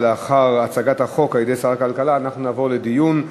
לאחר הצגת החוק על-ידי שר הכלכלה אנחנו נעבור לדיון.